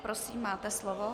Prosím, máte slovo.